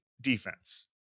defense